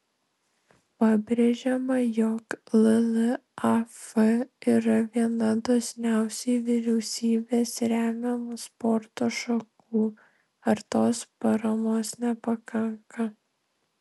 pabrėžiama jog llaf yra viena dosniausiai vyriausybės remiamų sporto šakų ar tos paramos nepakanka